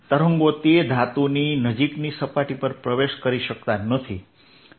તરંગો તે ધાતુની નજીકની સપાટી પર પ્રવેશ કરી શકતા નથી